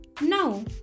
Now